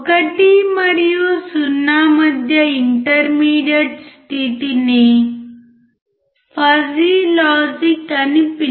1 మరియు 0 మధ్య ఇంటర్మీడియట్ స్థితిని ఫజీ లాజిక్ అని పిలుస్తాము